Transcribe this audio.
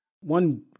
One